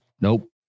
Nope